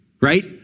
right